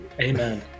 amen